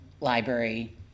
library